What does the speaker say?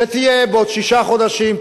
שתהיה בעוד שישה חודשים,